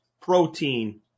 protein